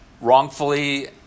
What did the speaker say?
wrongfully